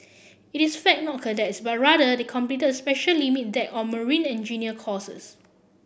it is fact not cadets but rather they completed special limit deck or marine engineer courses